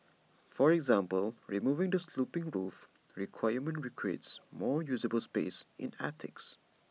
for example removing the sloping roof requirement creates more usable space in attics